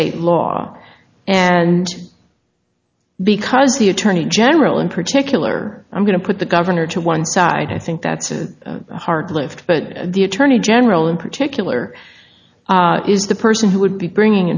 state law and because the attorney general in particular i'm going to put the governor to one side i think that's it hard lived but the attorney general in particular is the person who would be bringing